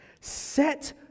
Set